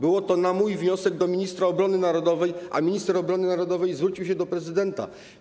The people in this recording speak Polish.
Było to na mój wniosek do ministra obrony narodowej, a minister obrony narodowej zwrócił się do prezydenta.